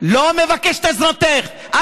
לא מבקש את עזרתך, לא מבקש את עזרתך.